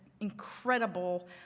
incredible